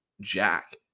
Jack